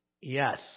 Yes